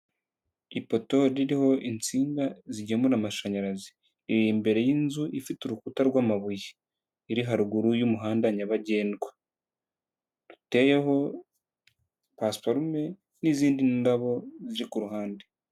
Ipoto ririho intsinga zigemura amashanyarazi, iri imbere y'inzu ifite urukuta rw'amabuye, iri haruguru y'umuhanda nyabagendwa, uteyeho pasiparume n'izindi ndabo ziri ku ruhande.